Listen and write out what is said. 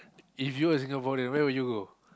if you were Singaporean where would you go